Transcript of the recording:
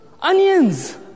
Onions